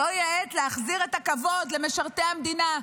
זוהי העת להחזיר את הכבוד למשרתי המדינה,